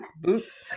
Boots